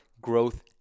growth